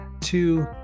Two